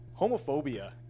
homophobia